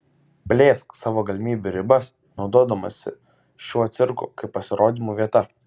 plėsk savo galimybių ribas naudodamasi šiuo cirku kaip pasirodymų vieta